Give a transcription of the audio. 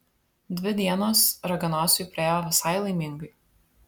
dvi dienos raganosiui praėjo visai laimingai